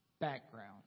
background